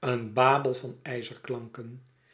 een babel van